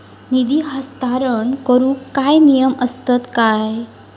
निधी हस्तांतरण करूक काय नियम असतत काय?